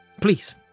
Please